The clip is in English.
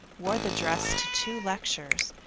wore the dress to two lectures,